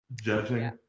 judging